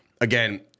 again